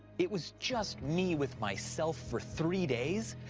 it was just me with myself for three days.